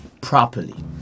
properly